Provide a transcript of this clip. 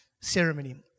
ceremony